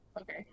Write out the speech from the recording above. okay